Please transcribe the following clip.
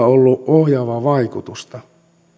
ollut ohjaavaa vaikutusta